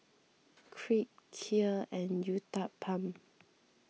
Crepe Kheer and Uthapam